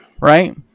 Right